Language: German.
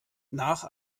nach